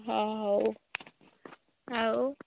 ହଁ ହଉ ଆଉ